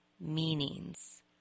meanings